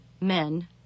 men